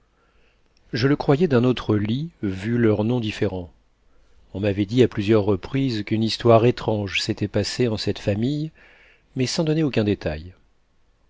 je le croyais d'un autre lit vu leurs noms différents on m'avait dit à plusieurs reprises qu'une histoire étrange s'était passée en cette famille mais sans donner aucun détail